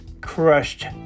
crushed